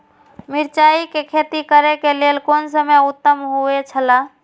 मिरचाई के खेती करे के लेल कोन समय उत्तम हुए छला?